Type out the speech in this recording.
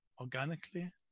organically